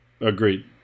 Agreed